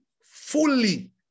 fully